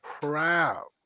proud